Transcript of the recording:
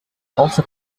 also